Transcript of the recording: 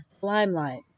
limelight